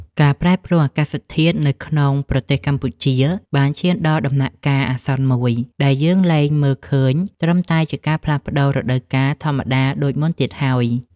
ការប្រែប្រួលអាកាសធាតុនៅក្នុងប្រទេសកម្ពុជាបានឈានដល់ដំណាក់កាលអាសន្នមួយ ដែលយើងលែងមើលឃើញត្រឹមតែជាការផ្លាស់ប្តូររដូវកាលធម្មតាដូចមុនទៀតហើយ។